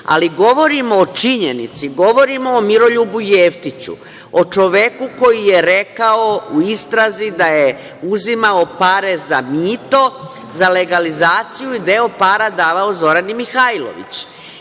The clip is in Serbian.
to. Govorim o činjenici, govorim o Miroljubu Jeftić, o čoveku koji je rekao u istrazi da je uzimao pare za mito, za legalizaciju i deo para davao Zorani Mihajlović.